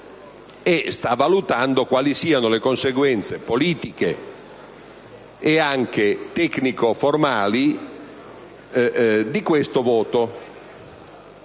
e sta valutando quali siano le conseguenze politiche e anche tecnico-formali di questo voto.